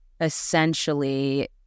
essentially